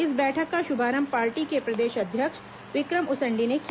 इस बैठक का शुभारंभ पार्टी के प्रदेश अध्यक्ष विक्रम उसेंडी ने किया